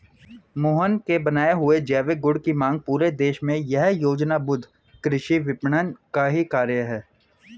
मोहन के बनाए हुए जैविक गुड की मांग पूरे देश में यह योजनाबद्ध कृषि विपणन का ही कार्य है